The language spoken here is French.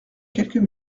quelques